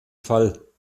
fall